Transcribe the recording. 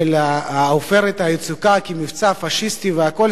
ש"עופרת יצוקה" היה מבצע פאשיסטי וכו'.